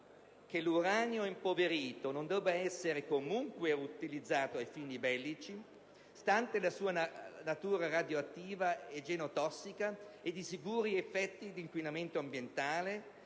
che l'uranio impoverito non debba essere comunque utilizzato a fini bellici, stante la sua natura radioattiva e genotossica ed i sicuri effetti di inquinamento ambientale;